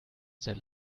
sehr